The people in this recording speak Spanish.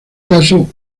caso